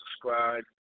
subscribe